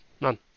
None